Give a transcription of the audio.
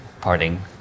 parting